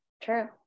true